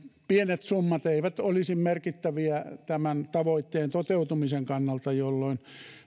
pienet summat eivät olisi merkittäviä tämän tavoitteen toteutumisen kannalta jolloin